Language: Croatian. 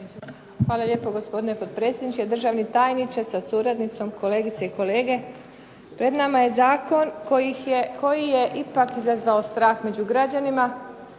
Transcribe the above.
Hvala lijepo. Gospodine potpredsjedniče, državni tajniče sa suradnicom, kolegice i kolege. Pred nama je zakon koji je ipak izazvao strah među građanima